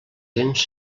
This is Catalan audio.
cents